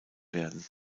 werden